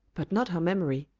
but not her memory.